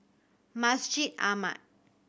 Masjid Ahmad